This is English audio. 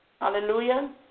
Hallelujah